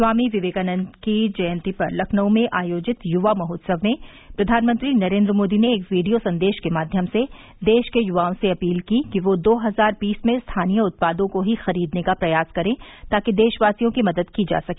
स्वामी विवेकानन्द की जयंती पर लखनऊ में आयोजित युवा महोत्सव में प्रधानमंत्री नरेन्द्र मोदी ने एक वीडियो संदेश के माध्यम से देश के युवाओं से अपील की कि वे दो हजार बीस में स्थानीय उत्पादों को ही खरीदने का प्रयास करें ताकि देशवासियों की मदद की जा सके